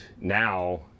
now